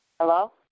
Hello